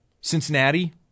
Cincinnati